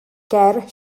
ger